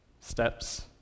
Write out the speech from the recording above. steps